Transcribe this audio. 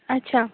اچھا